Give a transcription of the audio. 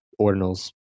ordinals